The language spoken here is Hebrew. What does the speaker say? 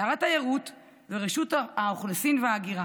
שר התיירות ורשות האוכלוסין וההגירה.